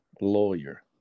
lawyer